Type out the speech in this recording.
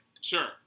Sure